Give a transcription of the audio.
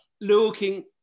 looking